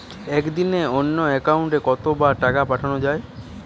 একদিনে অন্য একাউন্টে কত বার টাকা পাঠানো য়ায়?